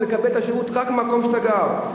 ולקבל את השירות רק במקום שאתה גר.